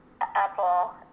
apple